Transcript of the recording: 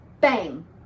Bang